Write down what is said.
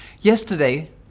Yesterday